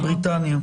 על בריטניה.